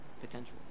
potential